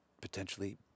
potentially